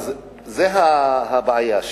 זאת הבעיה,